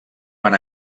van